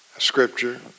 scripture